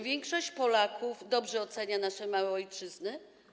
Większość Polaków dobrze ocenia nasze małe ojczyzny.